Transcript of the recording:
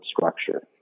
structure